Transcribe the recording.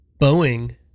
Boeing